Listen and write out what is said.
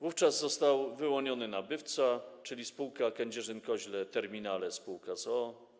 Wówczas został wyłoniony nabywca, czyli spółka Kędzierzyn-Koźle Terminale sp. z o.o.